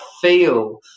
feel